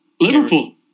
Liverpool